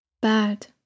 bad